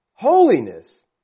Holiness